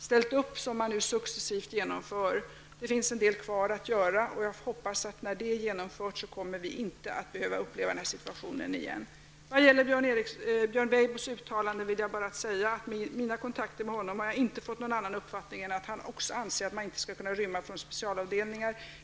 ställt upp ett särskilt program, som man nu successivt genomför. Det finns en del kvar att göra, och jag hoppas att när dessa åtgärder är genomförda, så kommer vi inte att behöva uppleva en sådan här situation igen. Vad beträffar Björn Weibos uttalande vill jag bara säga att jag vid mina kontakter med honom inte har fått någon annan uppfattning än att han också anser att man inte skall kunna rymma från specialavdelningar.